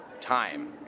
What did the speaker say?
time